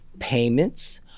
payments